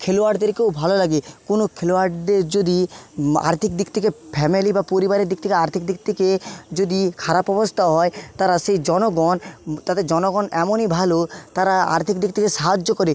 খেলোয়াড়দেরকেও ভালো লাগে কোনো খেলোয়াড়দের যদি আর্থিক দিক থেকে ফ্যামেলি বা পরিবারের দিক থেকে আর্থিক দিক থেকে যদি খারাপ অবস্থা হয় তারা সে জনগণ তাদের জনগণ এমনই ভালো তারা আর্থিক দিক থেকে সাহায্য করে